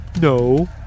No